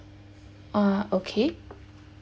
uh okay